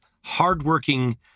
hardworking